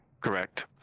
Correct